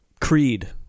Creed